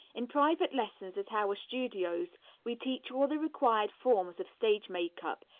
in private lessons at our studios we teach all the required forms of stage makeup,